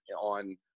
on